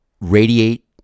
radiate